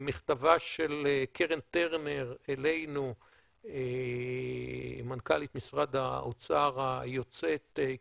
מכתבה של מנכ"לית משרד האוצר היוצאת קרן טרנר אלינו